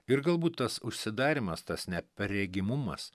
ir galbūt tas užsidarymas tas neperregimumas